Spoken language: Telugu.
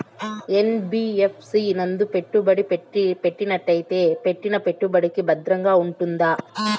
యన్.బి.యఫ్.సి నందు పెట్టుబడి పెట్టినట్టయితే పెట్టిన పెట్టుబడికి భద్రంగా ఉంటుందా?